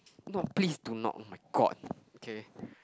no please do not oh-my-god okay